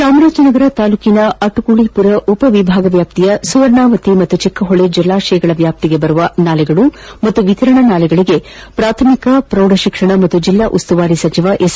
ಚಾಮರಾಜನಗರ ತಾಲೂಕಿನ ಅಟ್ಟಗೂಳಿಪುರ ಉಪ ವಿಭಾಗ ವ್ಯಾಪ್ತಿಯ ಸುವರ್ಣವತಿ ಹಾಗೂ ಚಿಕ್ಕಹೊಳಿ ಜಲಾಶಯಗಳದಿ ಬರುವ ನಾಲೆಗಳು ಮತ್ತು ವಿತರಣಾ ನಾಲೆಗಳಿಗೆ ಪ್ರಾಥಮಿಕ ಪ್ರೌಢ ಶಿಕ್ಷಣ ಹಾಗೂ ಜಿಲ್ಲಾ ಉಸ್ತುವಾರಿ ಸಚಿವ ಎಸ್